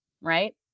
right